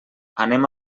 anem